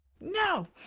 no